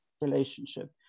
relationship